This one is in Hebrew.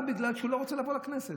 רק בגלל שהוא לא רוצה לבוא לכנסת.